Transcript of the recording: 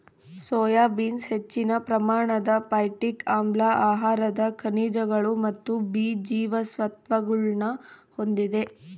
soya beans ಹೆಚ್ಚಿನ ಪ್ರಮಾಣದ phytic ಆಮ್ಲ ಆಹಾರದ ಖನಿಜಗಳು ಮತ್ತು ಬಿ ಜೀವಸತ್ವಗುಳ್ನ ಹೊಂದಿದೆ